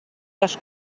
les